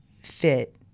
fit